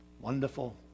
Wonderful